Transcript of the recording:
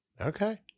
Okay